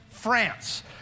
France